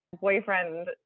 boyfriend